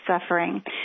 suffering